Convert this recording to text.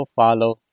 follow